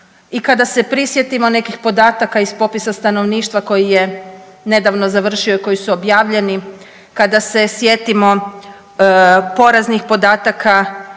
I kada se prisjetimo nekih podataka iz popisa stanovništva koji je nedavno završio i koji su objavljeni, kada se sjetimo poraznih podatka